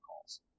calls